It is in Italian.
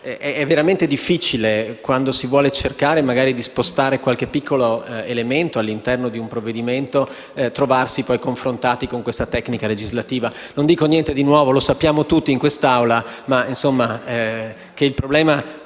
È veramente difficile, quando si vuole cercare di spostare qualche piccolo elemento all'interno di un provvedimento, confrontarsi con questa tecnica legislativa. Non dico niente di nuovo; lo sappiamo tutti in questa Aula, ma che il problema